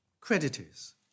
Creditors